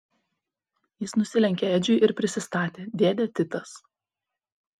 jis nusilenkė edžiui ir prisistatė dėdė titas